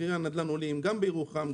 מחירי הנדל"ן עולים גם בירוחם,